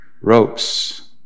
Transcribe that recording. ropes